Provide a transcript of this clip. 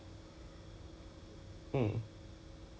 soy milk ah but then like lactose free milk leh will it help